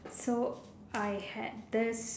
so I had this